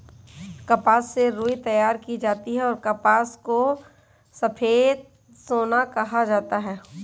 कपास से रुई तैयार की जाती हैंऔर कपास को सफेद सोना कहा जाता हैं